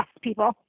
people